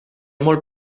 molt